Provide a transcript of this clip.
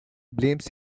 blames